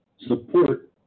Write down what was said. support